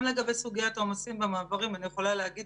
גם לגבי סוגיית העומסים במעברים אני יכולה להגיד